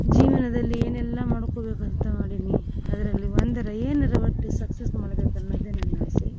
ಜೀವನದಲ್ಲಿ ಏನೆಲ್ಲ ಮಾಡ್ಕೊಬೇಕಂತ ಮಾಡಿದ್ನಿ ಅದರಲ್ಲಿ ಒಂದರ ಏನರ ಒಟ್ಟು ಸಕ್ಸಸ್ ಮಾಡ್ಬೇಕು ಅನ್ನೋದೆ ನನ್ನ ಆಸೆ